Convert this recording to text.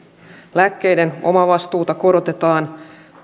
lääkkeiden omavastuuta korotetaan